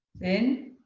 thin.